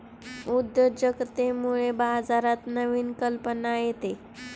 उद्योजकतेमुळे बाजारात नवीन कल्पना येते